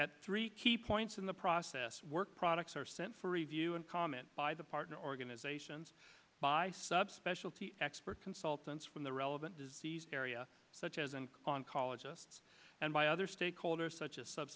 at three key points in the process work products are sent for review and comment by the partner organizations by subspecialty expert consultants from the relevant disease area such as and on college us and by other stakeholders such a